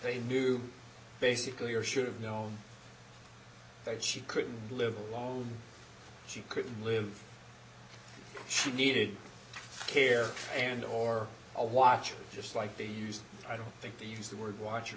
they knew basically or should have known that she could live alone she couldn't live she needed care and or a watch just like they used i don't think they used the word watcher